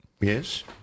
yes